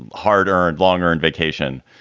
ah harder and longer and vacation.